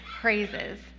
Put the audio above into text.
praises